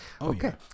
Okay